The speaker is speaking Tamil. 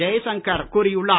ஜெய்சங்கர் கூறியுள்ளார்